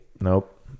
Nope